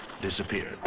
disappeared